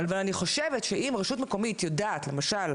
אבל, אני חושבת שאם רשות מקומית יודעת, נניח,